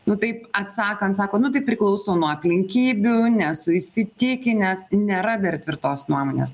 nu taip atsakant sako nu tai priklauso nuo aplinkybių nesu įsitikinęs nėra dar tvirtos nuomonės